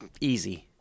easy